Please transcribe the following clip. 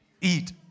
eat